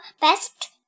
best